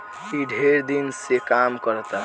ई ढेर दिन से काम करता